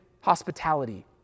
hospitality